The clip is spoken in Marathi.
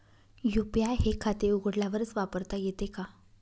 यू.पी.आय हे खाते उघडल्यावरच वापरता येते का?